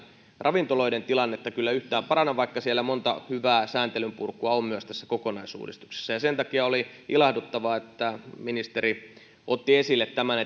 ravintoloiden tilannetta kyllä yhtään paranna vaikka siellä monta hyvää sääntelyn purkua on myös tässä kokonaisuudistuksessa sen takia oli ilahduttavaa että ministeri otti esille tämän